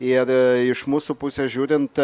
ir iš mūsų pusės žiūrint